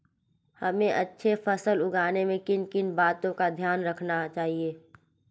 हमें अच्छी फसल उगाने में किन किन बातों का ध्यान रखना चाहिए?